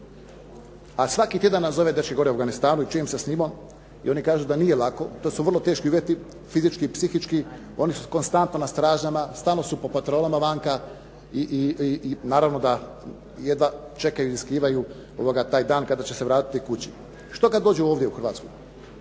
a svaki tjedan nazovem dečke gore u Afganistanu i čujem se s timom i oni kažu da nije lako. To su vrlo teški uvjeti, fizički i psihički, oni su konstantno na stražama, stalno su po patrolama vanka i naravno da jedva čekaju i … /Govornik se ne razumije./ … taj dan kada će se vratiti kući. Što kad dođu ovdje u Hrvatsku?